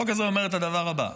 החוק הזה אומר את הדבר הבא: